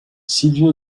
silvio